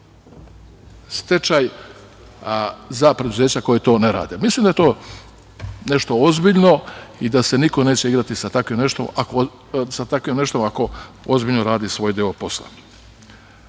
stečaj za preduzeća koja to ne rade. Mislim da je to nešto ozbiljno i da se niko neće igrati sa takvim nečim ako ozbiljno radi svoj deo posla. Nešto